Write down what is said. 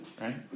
Right